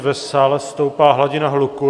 V sále stoupá hladina hluku.